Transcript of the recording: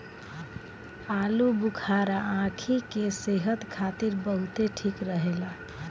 आलूबुखारा आंखी के सेहत खातिर बहुते ठीक रहेला